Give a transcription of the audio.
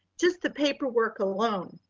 just the paperwork alone.